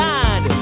God